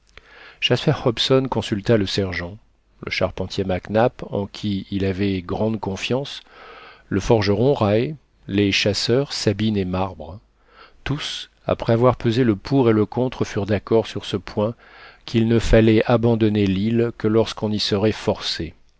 hobson consulta le sergent le charpentier mac nap en qui il avait grande confiance le forgeron raë les chasseurs sabine et marbre tous après avoir pesé le pour et le contre furent d'accord sur ce point qu'il ne fallait abandonner l'île que lorsqu'on y serait forcé